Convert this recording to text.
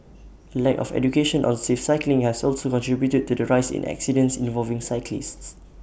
A lack of education on safe cycling has also contributed to the rise in accidents involving cyclists